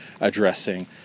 addressing